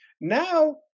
now